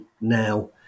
now